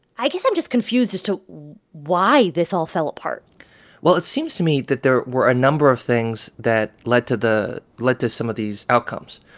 i guess i'm just confused as to why this all fell apart well, it seems to me that there were a number of things that led to the led to some of these outcomes.